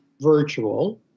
virtual